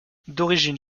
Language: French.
d’origine